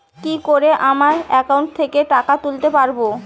কি করে আমার একাউন্ট থেকে টাকা তুলতে পারব?